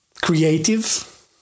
creative